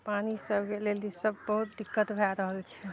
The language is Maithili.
पानि सबके लेल ई सब बहुत दिक्कत भए रहल छै